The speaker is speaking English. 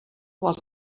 was